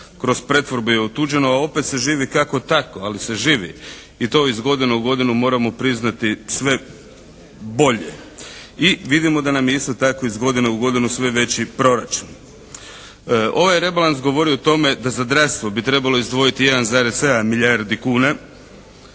kroz pretvorbe je otuđeno a opet se živi kako tako ali se živi i to iz godine u godinu moramo priznati sve bolje. I vidimo isto tako da nam je iz godine u godinu sve veći proračun. Ovaj rebalans govori o tome da za zdravstvo bi trebalo izdvojiti 1,7 milijardi kuna.